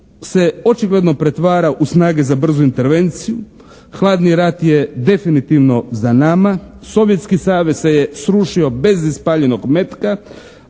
se očigledno pretvara u snage za brzu intervenciju, hladni rat je definitivno za nama, Sovjetski Savez se je srušio bez ispaljenog metka,